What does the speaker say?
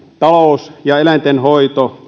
talous ja eläintenhoito